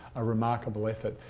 a remarkable effort,